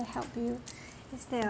to help you instead of